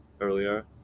earlier